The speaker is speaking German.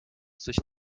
sich